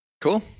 Cool